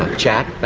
ah chat. but